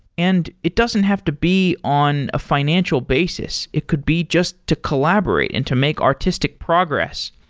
and it doesn't have to be on a financial basis. it could be just to collaborate and to make artistic progress.